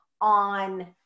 on